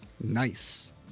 nice